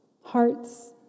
hearts